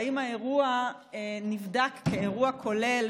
האם האירוע נבדק כאירוע כולל,